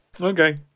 Okay